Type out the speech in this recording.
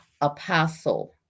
Apostle